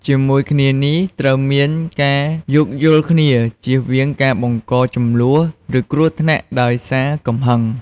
ជាមួយគ្នានេះ ត្រូវមាន ការយោគយល់គ្នា ជៀសវាងការបង្កជម្លោះ ឬគ្រោះថ្នាក់ដោយសារកំហឹង។